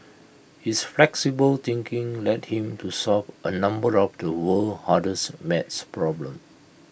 his flexible thinking led him to solve A number of the world's hardest math problems